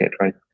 right